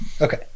okay